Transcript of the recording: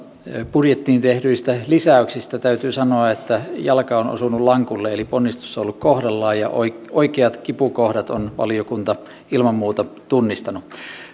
budjettiin tehdyistä lisäyksistä täytyy sanoa että jalka on osunut lankulle eli ponnistus on ollut kohdallaan ja oikeat kipukohdat on valiokunta ilman muuta tunnistanut